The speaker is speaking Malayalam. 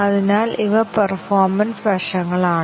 അതിനാൽ ഇവ പേർഫോമെൻസ് വശങ്ങളാണ്